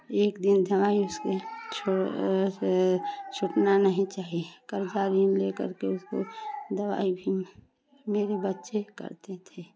एक दिन दवाई उसको छोड़ वैसे छूटना नहीं चाहिए कर्जा भी ले करके उसको दवाई भी मेरे बच्चे करते थे